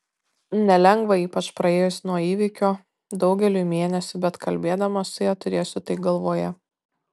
nelengva ypač praėjus nuo įvykio daugeliui mėnesių bet kalbėdamas su ja turėsiu tai galvoje